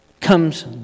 comes